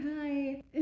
hi